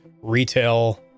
Retail